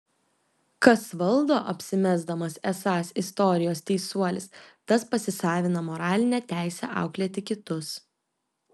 kas valdo apsimesdamas esąs istorijos teisuolis tas pasisavina moralinę teisę auklėti kitus